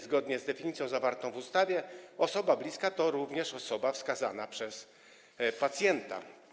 Zgodnie z definicją zawartą w ustawie osoba bliska to również osoba wskazana przez pacjenta.